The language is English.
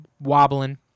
wobbling